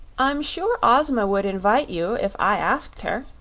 i'm sure ozma would invite you if i asked her,